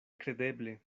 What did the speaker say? kredeble